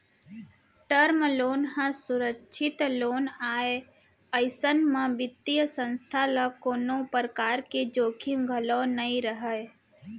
term loan ह सुरक्छित loan आय अइसन म बित्तीय संस्था ल कोनो परकार के जोखिम घलोक नइ रहय